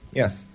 yes